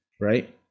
right